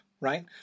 Right